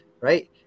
right